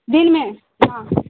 دن میں ہاں